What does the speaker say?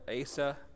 Asa